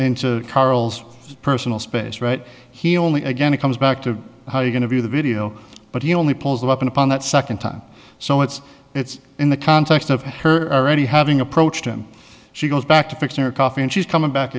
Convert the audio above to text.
into carol's personal space right here only again it comes back to how you're going to view the video but he only pulls the weapon upon that second time so it's it's in the context of her ready having approached him she goes back to fix her coffee and she's coming back